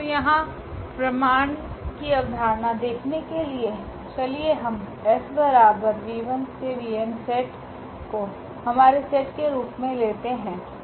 तो यहाँ प्रमाण की अवधारणा देखने के लिए चलिए हम 𝑆𝑣1𝑣2𝑣𝑛 को हमारे सेट के रूप में लेते हैं